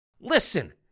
Listen